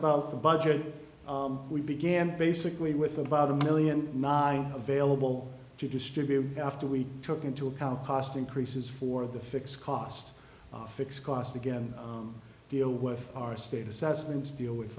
about the budget we began basically with about a million nine available to distribute after we took into account cost increases for the fixed cost the fixed cost again deal with our state assessments deal with